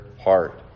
heart